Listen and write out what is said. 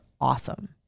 awesome